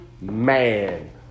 man